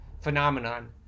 phenomenon